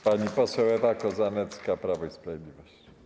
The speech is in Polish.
Pani poseł Ewa Kozanecka, Prawo i Sprawiedliwość.